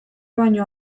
baino